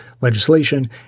legislation